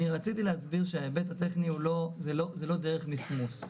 אני רציתי להסביר שההיבט הטכני זה לא דרך מסמוס.